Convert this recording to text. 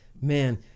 man